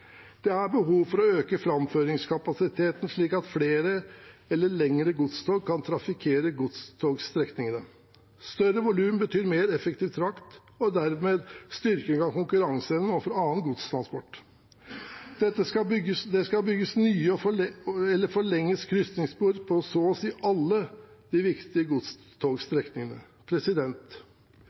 Det er behov for å øke framføringskapasiteten, slik at flere eller lengre godstog kan trafikkere godstogstrekningene. Større volum betyr mer effektiv frakt og dermed styrking av konkurranseevnen overfor annen godstransport. Det skal bygges nye krysningsspor, eller de skal forlenges, på så å si alle de viktige godstogstrekningene.